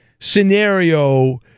scenario